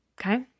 okay